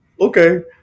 Okay